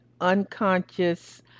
unconscious